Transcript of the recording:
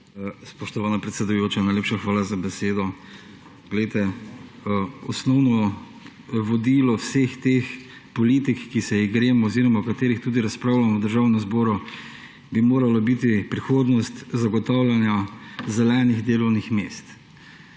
Spoštovana predsedujoča, najlepša hvala za besedo. Osnovno vodilo vseh teh politik, ki se jih gremo oziroma o katerih tudi razpravljamo v Državnem zboru, bi moralo biti prihodnost zagotavljanja zelenih delovnih mest